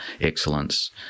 excellence